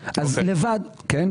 אוקיי.